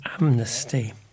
Amnesty